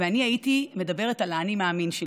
ואני הייתי מדברת על האני-מאמין שלי,